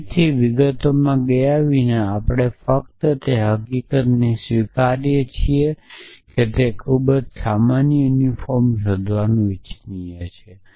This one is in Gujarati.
ફરીથી વિગતોમાં ગયા વિના આપણે ફક્ત તે હકીકતને સ્વીકારીએ છીએ કે ખૂબ જ સામાન્યયુનિફોર્મર શોધવાનું ઇચ્છનીય છે